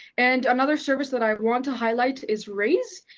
and another service that i want to highlight is raise.